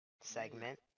segment